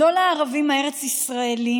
"לא לערבים הארץ-ישראליים,